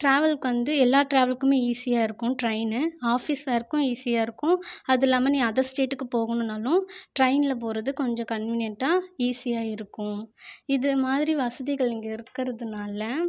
ட்ராவல்க்கு வந்து எல்லா ட்ராவல்க்கும் ஈசியாகருக்கும் ட்ரைன் ஆஃபீஸ் ஓர்க்கும் ஈசியாகருக்கும் அதில்லாமல் நீ அதர் ஸ்டேட்டுக்கு போகணுன்னாலும் ட்ரைனில் போகிறது கொஞ்சம் கன்வீனியன்ட்டாக ஈசியாக இருக்கும் இதுமாதிரி வசதிகள் இங்கே இருக்கிறதுனால